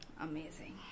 amazing